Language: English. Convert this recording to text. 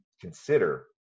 consider